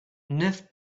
neuf